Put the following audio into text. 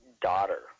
daughter